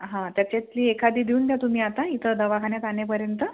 हां त्याच्यातली एखादी देऊन द्या तुम्ही आता इथं दवाखान्यात आणेपर्यंत